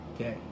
Okay